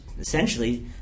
essentially